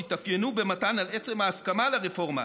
שהתאפיינו במתן על עצם ההסכמה לרפורמה,